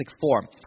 form